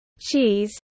cheese